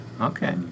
Okay